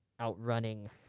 outrunning